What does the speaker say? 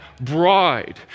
bride